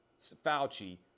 Fauci